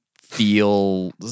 feel